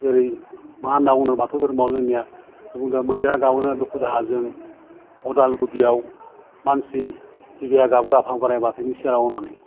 जेरै मा होनना बुनो बाथौ दोहोरोमाव जोंनिया बुंदों मैदेरा गाबोनो दुखु दाहाजों अदाल गुदियाव मानसिया सिबिया गाबो आफा बोराइ बाथौनि सेराव होन्नानै